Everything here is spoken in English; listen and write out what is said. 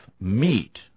meat